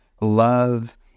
love